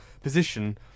position